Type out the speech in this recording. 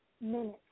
Minutes